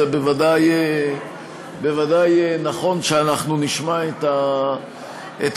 זה בוודאי נכון שאנחנו נשמע את הדברים.